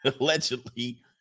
allegedly